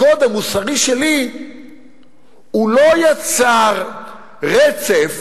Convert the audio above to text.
הקוד המוסרי שלי לא יצר רצף